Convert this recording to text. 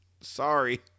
Sorry